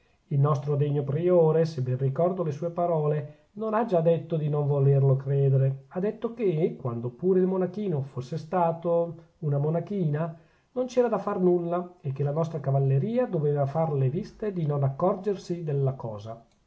il nostro degno priore se ben ricordo le sue parole non ha già detto di non volerlo credere ha detto che quando pure il monachino fosse stato una monachina non c'era da far nulla e che la nostra cavalleria doveva far le viste di non accorgersi della cosa